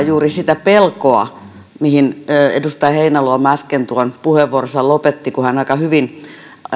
juuri sitä pelkoa mihin edustaja heinäluoma äsken puheenvuoronsa lopetti kun hän aika hyvin